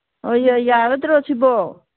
ꯑꯣ ꯌꯥꯔꯗ꯭ꯔ ꯁꯤꯕꯣ